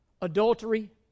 adultery